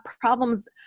problems